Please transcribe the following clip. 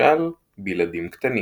למשל בילדים קטנים.